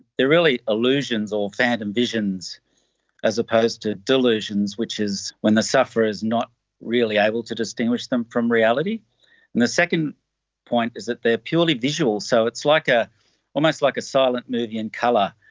they are really illusions or phantom visions as opposed to delusions which is when the sufferer is not really able to distinguish them from reality. at and the second point is that they are purely visual, so it's like ah almost like a silent movie in colour.